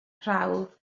prawf